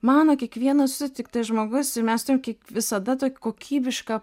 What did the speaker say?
mano kiekvienas sutiktas žmogus ir mes turim kiek visada tokį kokybišką